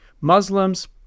Muslims